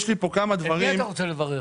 יש לי פה כמה דברים --- את מי אתה רוצה לברך?